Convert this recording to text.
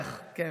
ניצח, כן.